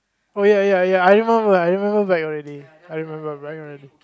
oh ya ya ya I remember I remember back already I remember already